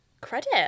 credit